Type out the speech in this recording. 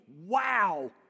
Wow